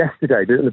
yesterday